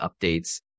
updates